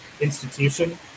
institution